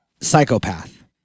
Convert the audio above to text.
psychopath